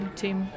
team